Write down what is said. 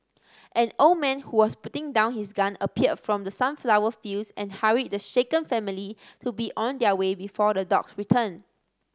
an old man who was putting down his gun appeared from the sunflower fields and hurried the shaken family to be on their way before the dogs return